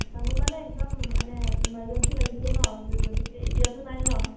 আচ্চা মোক মানে একদম মানে ইমাৰজেঞ্চি লাগিছিলে ন গতিকে এতিয়াতো নাই ন